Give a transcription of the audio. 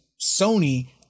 Sony